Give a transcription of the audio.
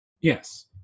Yes